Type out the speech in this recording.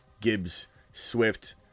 Gibbs-Swift